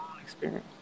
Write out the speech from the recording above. experience